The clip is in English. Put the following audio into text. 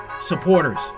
supporters